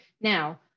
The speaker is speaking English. now